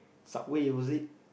Subway was it